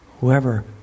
Whoever